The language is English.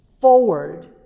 forward